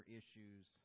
issues